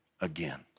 again